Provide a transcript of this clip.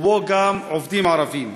ובו גם עובדים ערבים,